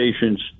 patients